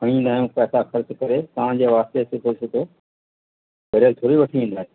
खणी ईंदा आहियूं पैसा ख़र्चु करे तव्हांजे वास्ते सुठो सुठो ॻरियल थोरी वठी ईंदा आहियूं